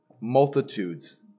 multitudes